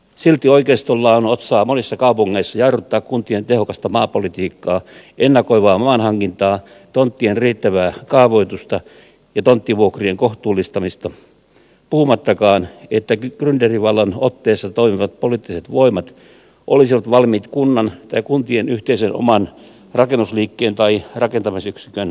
silti oikeistolla on otsaa monissa kaupungeissa jarruttaa kuntien tehokasta maapolitiikkaa ennakoivaa maanhankintaa tonttien riittävää kaavoitusta ja tonttivuokrien kohtuullistamista puhumattakaan että grynderivallan otteessa toimivat poliittiset voimat olisivat valmiita kunnan tai kuntien yhteisen oman rakennusliikkeen tai rakentamisyksikön perustamiseen